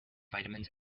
vitamins